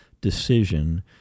decision